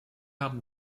haben